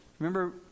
Remember